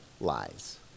lies